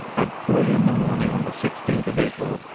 at three in the morning on the sixteenth of april,